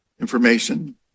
information